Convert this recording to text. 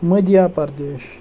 Madhya Pradesh